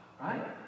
Right